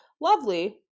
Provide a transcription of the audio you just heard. lovely